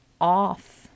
off